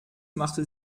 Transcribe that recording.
machte